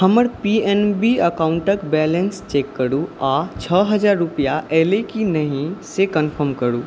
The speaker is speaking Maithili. हमर पी एन बी अकाउण्टके बैलेन्स चेक करू आओर छह हजार रुपैआ अएलै कि नहि से कन्फर्म करू